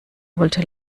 wollte